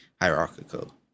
hierarchical